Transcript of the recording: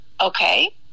okay